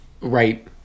right